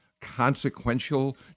consequential